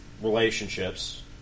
relationships